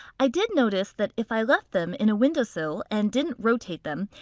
i did notice that if i left them in a windowsill and didn't rotate them,